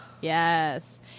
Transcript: Yes